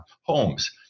homes